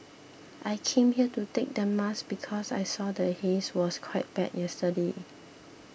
I came here to take the mask because I saw the haze was quite bad yesterday